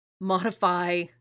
modify